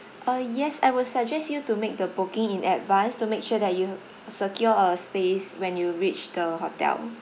uh yes I will suggest you to make the booking in advance to make sure that you secure a space when you reach the hotel